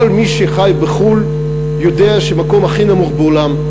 כל מי שחי בחו"ל יודע שהמקום הכי נמוך בעולם,